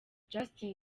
justin